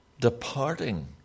departing